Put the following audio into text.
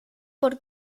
por